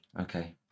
okay